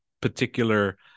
particular